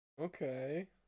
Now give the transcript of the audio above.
Okay